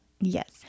Yes